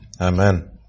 Amen